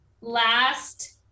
last